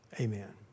Amen